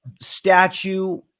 statue